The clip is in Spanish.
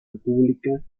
república